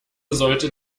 sollte